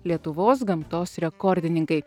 lietuvos gamtos rekordininkai